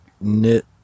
knit